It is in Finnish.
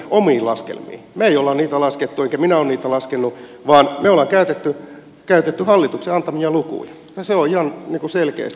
me emme ole niitä laskeneet enkä minä ole niitä laskenut vaan me olemme käyttäneet hallituksen antamia lukuja ja se on ihan niin kuin selkeästi